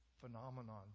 phenomenon